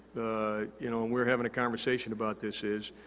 you know, and we're having a conversation about this is,